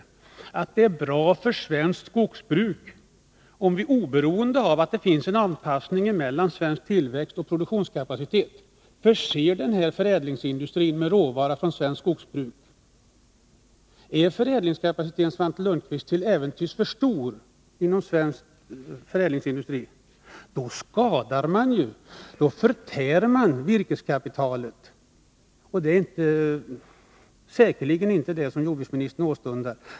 Han sade nämligen att det är bra för svenskt skogsbruk om vi, oberoende av att det finns en anpassning mellan svensk tillväxt och produktionskapacitet, förser denna förädlingsindustri med råvaror från svenskt skogsbruk. Är förädlingskapaciteten, Svante Lundkvist, till äventyrs för stor inom svensk förädlingsindustri så skadar och förtär man ju virkeskapitalet. Och det är säkerligen inte det som jordbruksministern åstundar.